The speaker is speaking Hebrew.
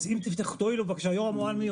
יורם מועלמי,